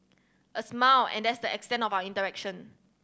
a smile and that's the extent of our interaction